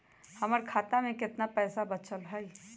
हमर खाता में केतना पैसा बचल हई?